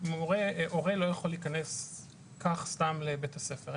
הורה לא יכול להיכנס ככה סתם לבית הספר.